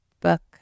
book